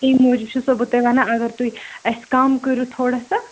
تمہِ موٗجوٗب چھَسو بہٕ تۄہہِ وَنان اگر تُہۍ اسہِ کَم کٔرِو تھوڑا سا